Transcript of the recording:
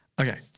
okay